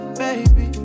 baby